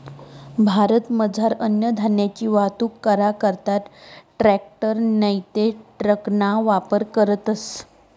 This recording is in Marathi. भारतमझार अन्नधान्यनी वाहतूक करा करता ट्रॅकटर नैते ट्रकना वापर करतस